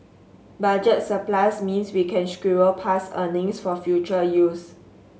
budget surplus means we can squirrel past earnings for future use